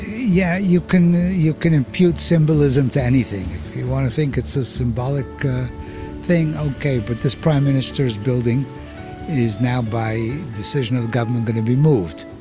yeah, you can, you can impute symbolism to anything. if you want to think it's a symbolic thing, ok. but this prime minister's building is now by decision of the government gonna be moved.